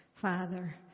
Father